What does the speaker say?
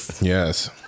Yes